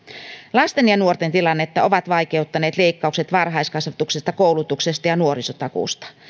lasten ja nuorten tilannetta ovat vaikeuttaneet leikkaukset varhaiskasvatuksesta koulutuksesta ja nuorisotakuusta